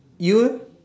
you'll